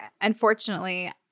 Unfortunately